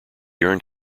earned